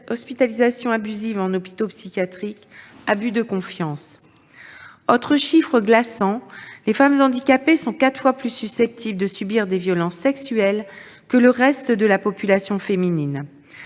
hospitalisations abusives en hôpital psychiatrique, abus de confiance ... Autre chiffre glaçant : les femmes handicapées sont quatre fois plus susceptibles de subir des violences sexuelles que le reste de la population féminine.